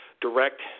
direct